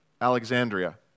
Alexandria